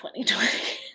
2020